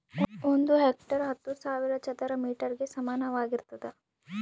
ಒಂದು ಹೆಕ್ಟೇರ್ ಹತ್ತು ಸಾವಿರ ಚದರ ಮೇಟರ್ ಗೆ ಸಮಾನವಾಗಿರ್ತದ